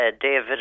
David